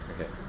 Okay